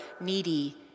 needy